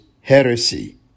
heresy